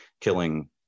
killing